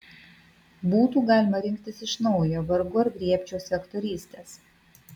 būtų galima rinktis iš naujo vargu ar griebčiausi aktorystės